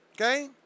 okay